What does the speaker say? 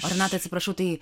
o renata atsiprašau tai